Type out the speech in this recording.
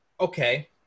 Okay